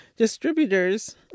distributors